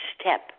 step